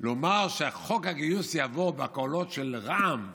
לומר שחוק הגיוס יעבור בקולות של רע"מ,